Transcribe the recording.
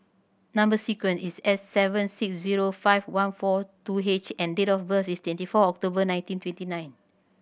number sequence is S seven six zero five one four two H and date of birth is twenty four October nineteen twenty nine